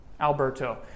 Alberto